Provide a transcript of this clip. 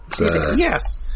Yes